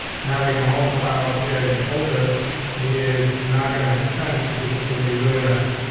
having all the files here in the folder is not gonna make sense because it's gonna be really message.